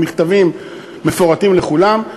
במכתבים מפורטים לכולם.